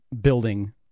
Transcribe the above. building